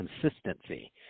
consistency